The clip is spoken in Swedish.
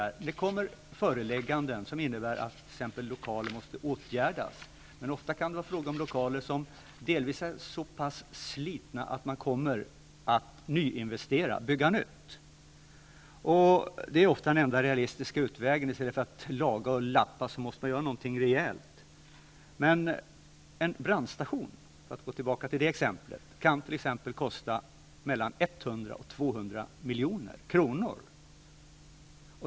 Det kommer förelägganden som innebär att lokaler måste åtgärdas. Ofta kan det vara fråga om lokaler som delvis är så pass slitna att man kommer att nyinvestera, bygga nytt. Det är ofta den enda realistiska utvägen. I stället för att laga och lappa måsta man göra något rejält. En brandstation, för att gå tillbaka till det exemplet, kan kosta mellan 100 och 200 milj.kr.